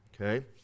okay